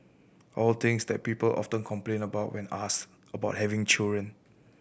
all things that people often complain about when asked about having children